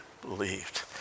believed